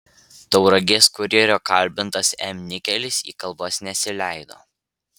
tauragės kurjerio kalbintas m nikelis į kalbas nesileido